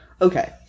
Okay